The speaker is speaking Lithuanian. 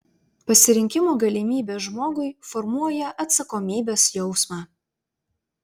pasirinkimo galimybė žmogui formuoja atsakomybės jausmą